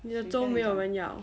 你的粥没有人要